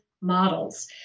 models